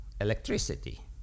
electricity